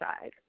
side